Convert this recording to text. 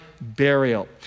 burial